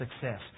success